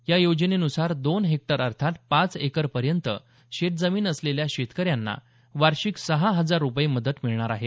या योजनेनुसार दोन हेक्टर अर्थात पाच एकर पर्यंत शेतजमीन असलेल्या शेतकऱ्यांना वार्षिक सहा हजार रुपये मदत मिळणार आहे